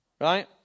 Right